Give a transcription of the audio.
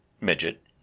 midget